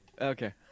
Okay